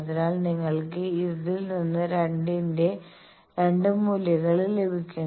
അതിനാൽ നിങ്ങൾക്ക് അതിൽ നിന്ന് R ന്റെ 2 മൂല്യങ്ങൾ ലഭിക്കും